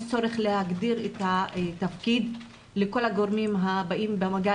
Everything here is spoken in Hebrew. יש צורך להגדיר את התפקיד לכלל הגורמים הבאים במגע